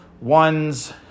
one's